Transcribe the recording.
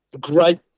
great